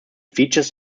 features